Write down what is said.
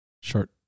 short